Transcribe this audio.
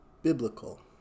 Biblical